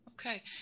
okay